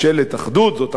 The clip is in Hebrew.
זו החלטה שלו,